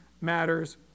matters